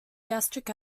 gastric